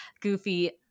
goofy